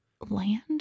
land